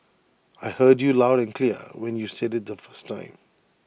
I heard you loud and clear when you said IT the first time